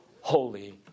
holy